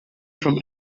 from